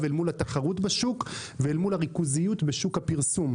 אל מול התחרות בשוק ואל מול הריכוזיות בשוק הפרסום,